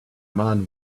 man